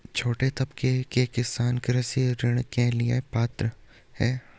छोटे तबके के किसान कृषि ऋण के लिए पात्र हैं?